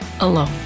alone